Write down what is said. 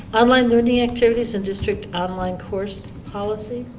online learning activities in district online course policy.